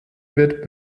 wird